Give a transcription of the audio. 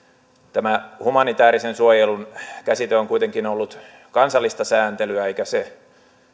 tämä humanitäärisen suojelun käsite on kuitenkin ollut kansallista sääntelyä eikä se